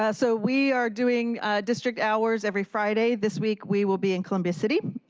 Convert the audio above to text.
yeah so, we are doing district hours every friday this week. we will be in columbia city.